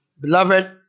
Beloved